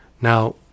Now